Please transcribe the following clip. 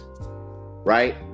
right